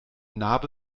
narbe